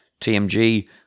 TMG